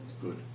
Good